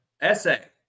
Essay